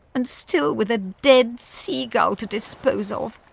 and still with a dead seagull to dispose of.